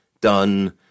done